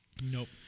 Nope